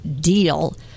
deal